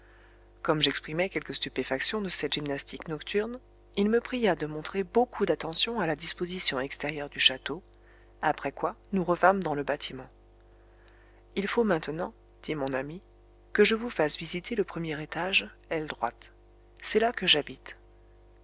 comme j'exprimais quelque stupéfaction de cette gymnastique nocturne il me pria de montrer beaucoup d'attention à la disposition extérieure du château après quoi nous revînmes dans le bâtiment il faut maintenant dit mon ami que je vous fasse visiter le premier étage aile droite c'est là que j'habite